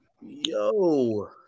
Yo